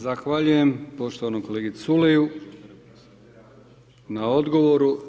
Zahvaljujem poštovanom kolegi Culeju na odgovoru.